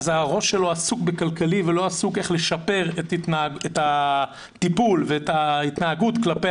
הראש שלו עסוק בכלכלי ולא עסוק בשיפור הטיפול וההתנהגות כלפי